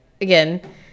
again